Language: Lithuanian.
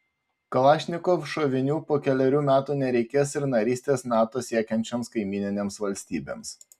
kalašnikov šovinių po kelerių metų nereikės ir narystės nato siekiančioms kaimyninėms valstybėms